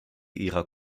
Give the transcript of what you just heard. ihrer